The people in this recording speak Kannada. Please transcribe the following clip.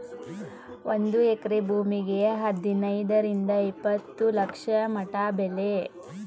ಒಂದ ಎಕರೆ ಭೂಮಿಗೆ ಹದನೈದರಿಂದ ಇಪ್ಪತ್ತ ಲಕ್ಷ ಮಟಾ ಬೆಲೆ